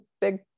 big